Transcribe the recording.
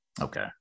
Okay